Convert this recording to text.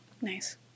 Nice